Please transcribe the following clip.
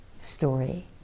story